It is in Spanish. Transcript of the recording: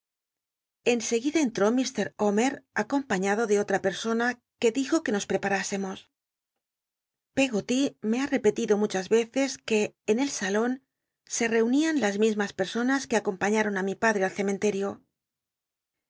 enseguida entró ir omet acompañado de otra persona que dijo que nos preparásemos peggoty me ha epetido muchas y eces c ue en el salon se reunían las mismas pesonas que acompañaron lí mi padre al cethenterio